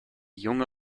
junge